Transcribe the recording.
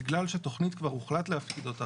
בגלל שכבר הוחלט להפקיד תכנית,